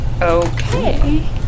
Okay